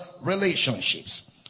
relationships